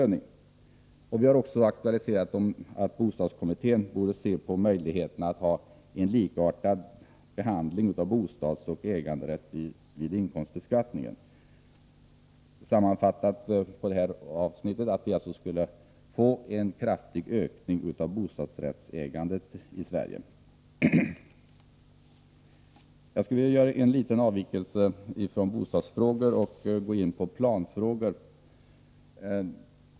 Vi har också aktualiserat frågan om att bostadskommittén bör se på möjligheten till en likartad behandling av bostadsoch äganderätt vid inkomstbeskattningen. Jag vill göra en liten avvikelse från bostadsfrågor och gå in på planfrågor.